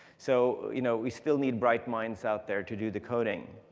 so you know we still need bright minds out there to do the coding.